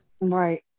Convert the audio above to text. Right